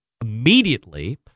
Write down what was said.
immediately